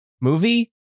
movie